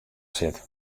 sit